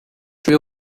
tué